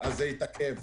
זה התעכב.